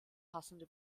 passende